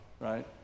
right